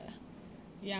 ya